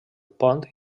pont